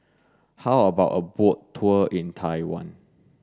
how about a boat tour in Taiwan